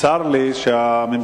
צר לי שהממשלה,